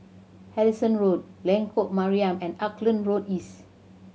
Harrison Road Lengkok Mariam and Auckland Road East